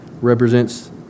represents